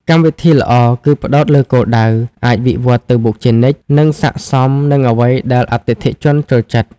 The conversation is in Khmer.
កម្មវិធីល្អគឺផ្តោតលើគោលដៅ អាចវិវត្តន៍ទៅមុខជានិច្ច និងស័ក្តិសមនឹងអ្វីដែលអតិថិជនចូលចិត្ត។